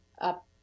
up